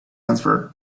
answered